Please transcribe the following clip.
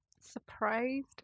Surprised